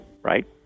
Right